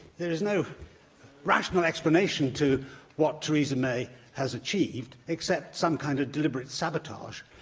there is no rational explanation to what theresa may has achieved, except some kind of deliberate sabotage